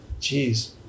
Jeez